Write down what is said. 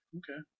okay